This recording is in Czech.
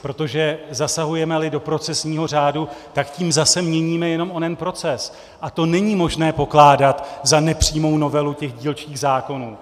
Protože zasahujemeli do procesního řádu, tak tím zase měníme jenom onen proces a to není možné pokládat za nepřímou novelu dílčích zákonů.